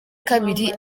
kabiri